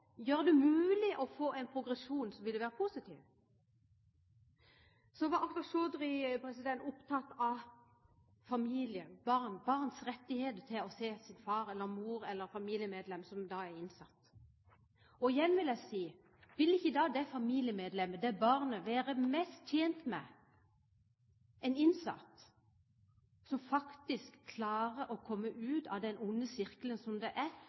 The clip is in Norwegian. det mulig å få en progresjon som ville være positiv? Så var Akhtar Chaudhry opptatt av familien, barns rett til å få se sin far eller mor, eller et familiemedlem, som er innsatt. Igjen vil jeg si: Vil ikke det familiemedlemmet, det barnet, være mest tjent med en innsatt som faktisk klarer å komme ut av den onde sirkelen som det er